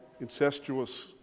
incestuous